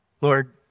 Lord